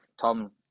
Tom –